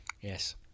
Yes